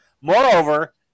moreover